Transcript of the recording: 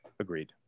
agreed